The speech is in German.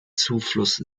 zufluss